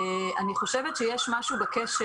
אני חושבת שיש משהו בקשר,